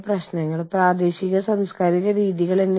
ഞങ്ങൾ സ്ഥിതി ചെയ്യുന്നത് ഒരു പ്രാദേശിക പശ്ചാത്തലത്തിലാണ്